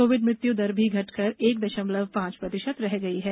Covid मृत्यु दर भी घटकर एक दशमलव पांच प्रतिशत रह गई है